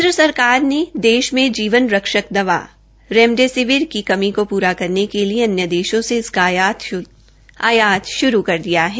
केन्द्र सरकार ने देश में जीवनरक्षक दवा रेमडेसिविर की कमी को पूरा करने के लिए अन्य देशों से इसका आयात श्रू कर दिया है